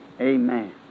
Amen